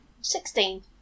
Sixteen